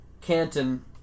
Canton